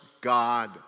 God